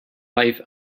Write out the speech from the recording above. life